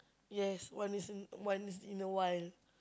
yes once is in once in a while